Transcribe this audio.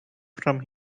from